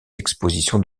expositions